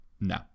No